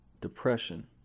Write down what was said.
Depression